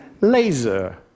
laser